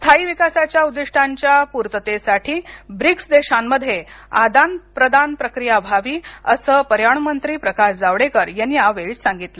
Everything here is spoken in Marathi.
स्थायी विकासाच्या उद्दिष्टांच्या पूर्ततेसाठी ब्रिक्स देशामध्ये आदान प्रदान प्रक्रिया व्हावी अस पर्यावरण मंत्री प्रकाश जावडेकर यांनी याप्रसंगी सांगितलं